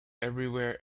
everywhere